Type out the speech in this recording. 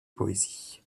poésie